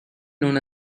known